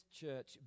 church